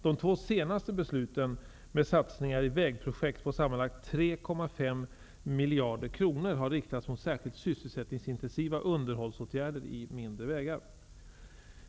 De två senaste besluten med satsningar i vägprojekt på sammanlagt 3,5 miljarder kronor har riktats mot särskilt sysselsättningsintensiva underhållsåtgärder i mindre vägar.